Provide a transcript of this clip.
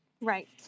Right